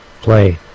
play